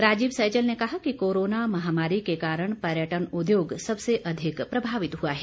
राजीव सैजल ने कहा कि कोरोना महामारी के कारण पर्यटन उद्योग सबसे अधिक प्रभावित हुआ है